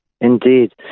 Indeed